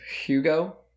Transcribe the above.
Hugo